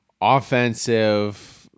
offensive